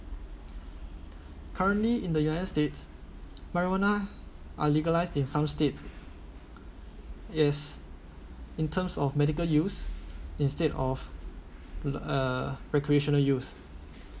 currently in the united states marijuana ah legalised in some states is in terms of medical use instead of a recreational use